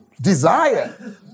desire